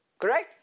Correct